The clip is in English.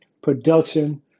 production